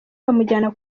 bamujyana